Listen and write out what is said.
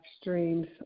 streams